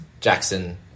Jackson